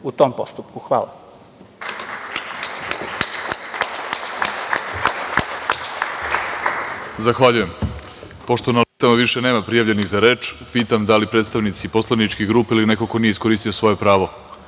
u tom postupku. Hvala.